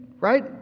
right